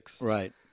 Right